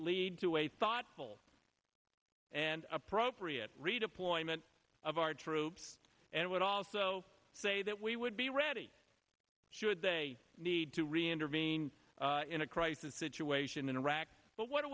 lead to a thoughtful and appropriate redeployment of our troops and would also say that we would be ready should they need to re intervene in a crisis situation in iraq but what